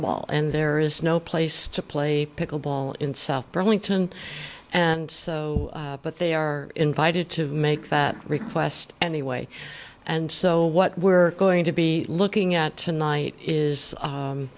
ball and there is no place to play pickle ball in south burlington and but they are invited to make that request anyway and so what we're going to be looking at tonight is